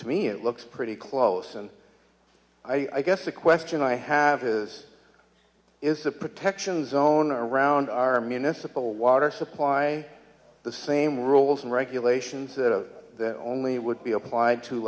to me it looks pretty close and i guess the question i have is is a protection zone around our municipal water supply the same rules and regulations that of that only would be applied to